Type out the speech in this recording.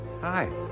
Hi